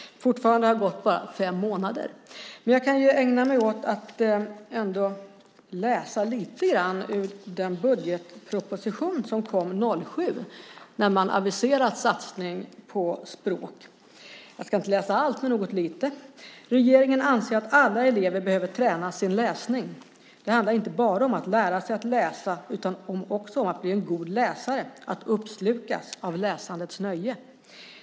Fortfarande har det gått bara fem månader. Jag vill ändå läsa upp lite ur budgetpropositionen för 2007, där man aviserade en satsning på språk. Jag ska inte läsa allt men något litet: "Regeringen anser att alla elever behöver träna sin läsning. Det handlar inte bara om att lära sig att läsa utan också om att bli en god läsare: att uppslukas av läsandets nöje.